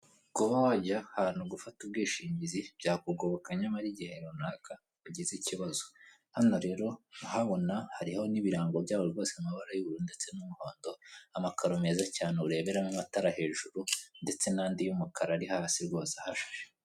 Kuba wajya ahantu gufata ubwishingizi byakugoboka nyamara igihe runaka ugize ikibazo hano rero urahabona hariho n'ibirango byabo ryose mu mabara y'ubururu ndetse n'umuhondo amakaro meza cyane ureberamo amatara hejuru ndetse nandi y'umukara ari hasi ryose ahashashe.